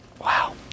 wow